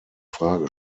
frage